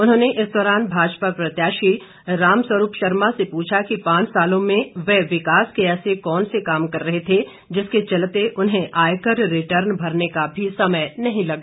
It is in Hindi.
उन्होंने इस दौरान भाजपा प्रत्याशी राम स्वरूप शर्मा से पूछा कि पांच सालों में वह विकास के ऐसे कौन से काम कर रहे थे जिसके चलते उन्हें आयकर रिटर्न भरने का भी समय नहीं लगा